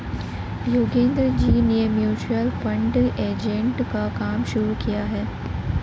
योगेंद्र जी ने mutual fund agent का काम शुरू किया है